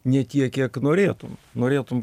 ne tiek kiek norėtum norėtum